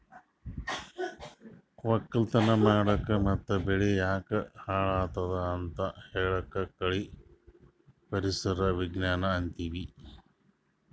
ವಕ್ಕಲತನ್ ಮಾಡಕ್ ಮತ್ತ್ ಬೆಳಿ ಯಾಕ್ ಹಾಳಾದತ್ ಅಂತ್ ಹೇಳಾಕ್ ಕಳಿ ಪರಿಸರ್ ವಿಜ್ಞಾನ್ ಅಂತೀವಿ